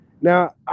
now